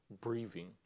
breathing